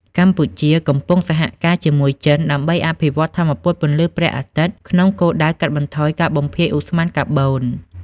កម្ពុជាកំពុងសហការជាមួយចិនដើម្បីអភិវឌ្ឍថាមពលពន្លឺព្រះអាទិត្យ ក្នុងគោលដៅកាត់បន្ថយការបំភាយឧស្ម័នកាបូន។